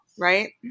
right